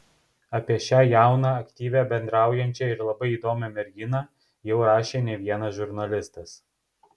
apie šią jauną aktyvią bendraujančią ir labai įdomią merginą jau rašė ne vienas žurnalistas